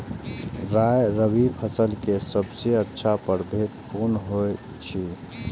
राय रबि फसल के सबसे अच्छा परभेद कोन होयत अछि?